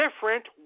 different